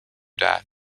that